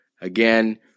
Again